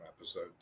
episode